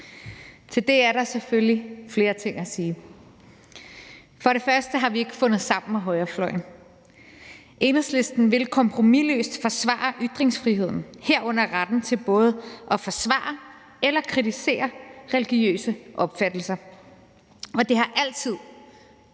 Til det er der selvfølgelig flere ting at sige. For det første har vi ikke fundet sammen med højrefløjen. Enhedslisten vil kompromisløst forsvare ytringsfriheden, herunder retten til både at forsvare og kritisere religiøse opfattelser, og det har altid